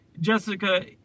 Jessica